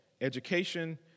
education